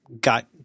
got